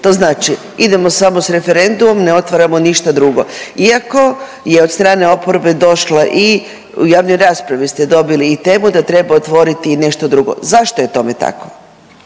To znači idemo samo s referendumom ne otvaramo ništa drugo iako je od strane oporbe došla i, u javnoj raspravi ste dobili i temu da treba otvoriti i nešto drugo. Zašto je tome tako?